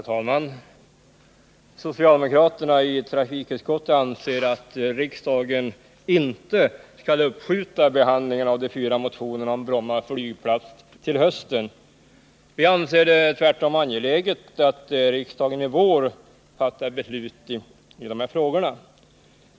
Herr talman! Socialdemokraterna i trafikutskottet anser att riksdagen inte skall uppskjuta behandlingen av de fyra motionerna om Bromma flygplats till hösten. Vi anser det tvärtom angeläget att riksdagen i vår fattar beslut i de här frågorna.